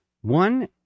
One